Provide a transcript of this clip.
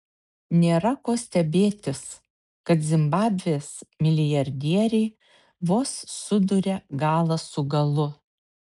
nėra ko stebėtis kad zimbabvės milijardieriai vos suduria galą su galu